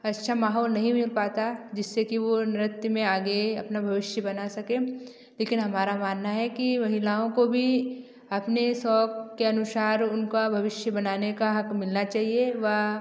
अच्छा माहौल नहीं मिल पाता जिससे कि वो नृत्य में आगे अपना भविष्य बना सकें लेकिन हमारा मानना है कि महिलाओं को भी अपने शौक के अनुसार उनका भविष्य बनाने का हक मिलना चाहिए वा